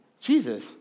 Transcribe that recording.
Jesus